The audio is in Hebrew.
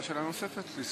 אדוני